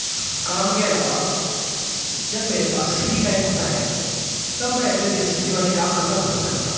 کام کے علاوہ جب میرے پاس فری ٹائم ہوتا ہے تب میں اپنے دلچسپی والے کام کرنا پسند کرتا ہوں